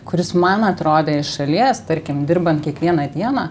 kuris man atrodė iš šalies tarkim dirbant kiekvieną dieną